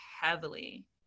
heavily